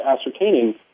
ascertaining